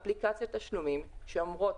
אפליקציות תשלומים שאומרות,